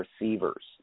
receivers